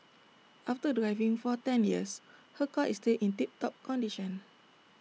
after driving for ten years her car is still in tip top condition